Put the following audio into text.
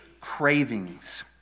cravings